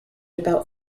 about